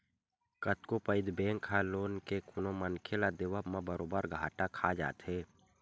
कतको पइत बेंक ह लोन के कोनो मनखे ल देवब म बरोबर घाटा खा जाथे